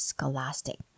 Scholastic